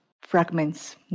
fragments